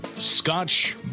Scotch